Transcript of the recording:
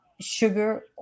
sugar